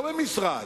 לא במשרד,